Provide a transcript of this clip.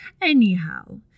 Anyhow